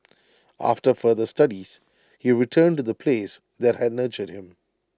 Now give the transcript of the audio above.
after further studies he returned to the place that had nurtured him